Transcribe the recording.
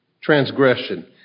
transgression